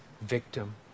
victim